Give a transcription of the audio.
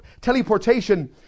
teleportation